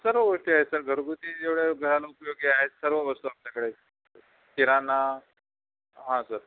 सर्व गोष्टी आहेत सर घरगुती जेवढं घराला उपयोगी आहेत सर्व वस्तू आपल्याकडे किराणा हा सर